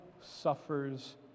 suffers